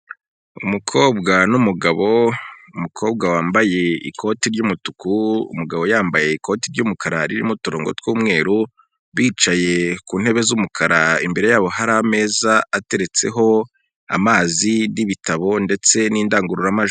Umukobwa n'umugabo, umukobwa wambaye ikoti ry'umutuku, umugabo yambaye ikoti ry'umukara ririmo uturongo tw'umweru, bicaye ku ntebe z'umukara, imbere yabo hari ameza ateretseho amazi n'ibitabo ndetse n'indangururamajwi.